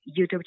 YouTube